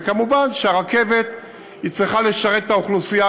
וכמובן שהרכבת צריכה לשרת את האוכלוסייה